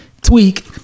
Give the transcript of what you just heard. tweak